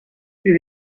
bydd